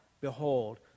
behold